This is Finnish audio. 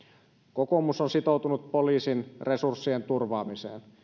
kokoomus on sitoutunut poliisin resurssien turvaamiseen